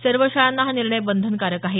सर्व शाळांना हा निर्णय बंधनकारक आहे